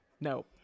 No